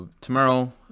Tomorrow